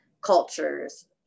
cultures